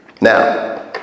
Now